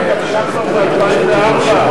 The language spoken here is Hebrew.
עמדת משרד המשפטים התגבשה כבר ב-2004.